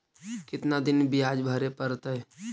कितना दिन बियाज भरे परतैय?